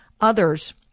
others